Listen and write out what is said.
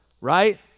Right